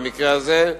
במקרה הזה,